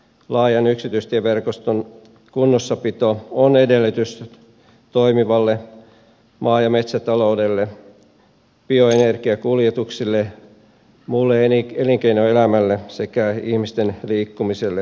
laajan yksityistieverkoston kunnossapito on edellytys toimivalle maa ja metsätaloudelle bioenergiakuljetuksille muulle elinkeinoelämälle sekä ihmisten liikkumiselle muutenkin